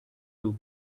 too